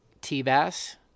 T-Bass